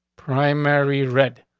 primary, red.